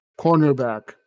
cornerback